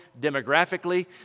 demographically